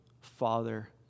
Father